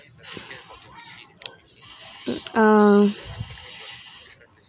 mm um